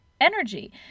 energy